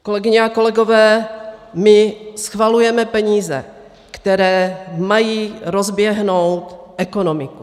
Kolegyně a kolegové, my schvalujeme peníze, které mají rozběhnout ekonomiku.